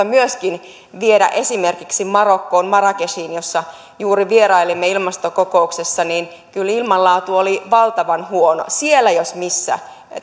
myöskin voitaisiin viedä esimerkiksi marokkoon marrakechissa jossa juuri vierailimme ilmastokokouksessa kyllä ilmanlaatu oli valtavan huono siellä jos missä